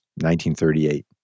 1938